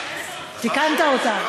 תיקנת אותה.